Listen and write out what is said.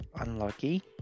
unlucky